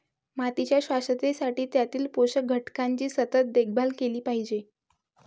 मातीच्या शाश्वततेसाठी त्यातील पोषक घटकांची सतत देखभाल केली पाहिजे